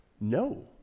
No